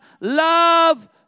love